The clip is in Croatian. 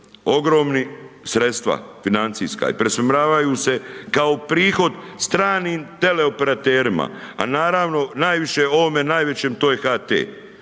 ogromni sredstava financijska i preusmjeravaju se kao prihod stranim teleoperaterima, a naravno najviše ovome najvećem to je HT.